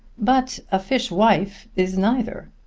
but a fishwife is neither.